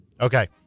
Okay